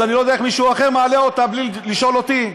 אז אני לא יודע איך מישהו אחר מעלה אותה בלי לשאול אותי.